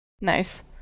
Nice